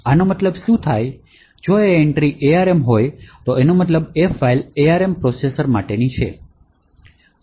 આનો મતલબ શું થાય જો એ એન્ટ્રી ARM હોય તો આનો મતલબ એ ફાઇલ ARM પ્રોસેસર માટેની છે